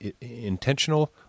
intentional